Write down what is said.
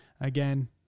Again